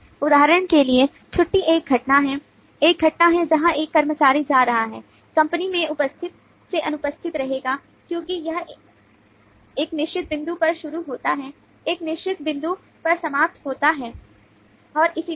उदाहरण के लिए छुट्टी एक घटना है एक घटना है जहां एक कर्मचारी जा रहा है कंपनी में उपस्थिति से अनुपस्थित रहेगा क्योंकि यह एक निश्चित बिंदु पर शुरू होता है एक निश्चित बिंदु पर समाप्त होता है और इसी तरह